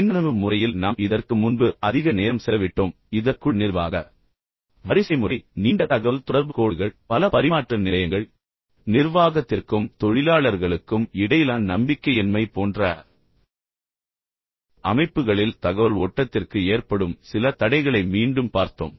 மின்னணு முறையில் நாம் இதற்கு முன்பு அதிக நேரம் செலவிட்டோம் இதற்குள் நிர்வாக வரிசைமுறை நீண்ட தகவல்தொடர்பு கோடுகள் பல பரிமாற்ற நிலையங்கள் மற்றும் நிர்வாகத்திற்கும் தொழிலாளர்களுக்கும் இடையிலான நம்பிக்கையின்மை போன்ற அமைப்புகளில் தகவல் ஓட்டத்திற்கு ஏற்படும் சில தடைகளை மீண்டும் பார்த்தோம்